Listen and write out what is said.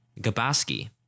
Gabaski